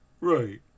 right